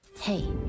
Hey